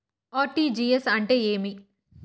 RTGS అంటే ఏమి?